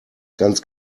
ganz